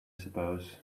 suppose